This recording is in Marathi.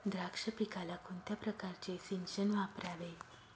द्राक्ष पिकाला कोणत्या प्रकारचे सिंचन वापरावे?